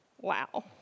Wow